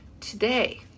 today